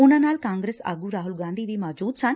ਉਹਨਾਂ ਨਾਲ ਕਾਂਗਰਸ ਆਗੁ ਰਾਹੁਲ ਗਾਂਧੀ ਵੀ ਮੌਜੁਦ ਸਨ